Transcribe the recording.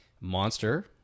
Monster